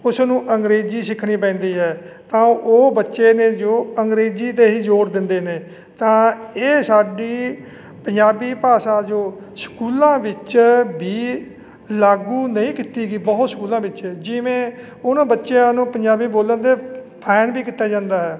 ਉਸਨੂੰ ਅੰਗਰੇਜ਼ੀ ਸਿੱਖਣੀ ਪੈਂਦੀ ਹੈ ਤਾਂ ਉਹ ਬੱਚੇ ਨੇ ਜੋ ਅੰਗਰੇਜ਼ੀ 'ਤੇ ਹੀ ਜ਼ੋਰ ਦਿੰਦੇ ਨੇ ਤਾਂ ਇਹ ਸਾਡੀ ਪੰਜਾਬੀ ਭਾਸ਼ਾ ਜੋ ਸਕੂਲਾਂ ਵਿੱਚ ਵੀ ਲਾਗੂ ਨਹੀਂ ਕੀਤੀ ਗਈ ਬਹੁਤ ਸਕੂਲਾਂ ਵਿੱਚ ਜਿਵੇਂ ਉਹਨਾਂ ਬੱਚਿਆਂ ਨੂੰ ਪੰਜਾਬੀ ਬੋਲਣ ਦੇ ਫਾਇਨ ਵੀ ਕੀਤੇ ਜਾਂਦਾ ਹੈ